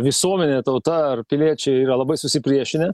visuomenė tauta ar piliečiai yra labai susipriešinę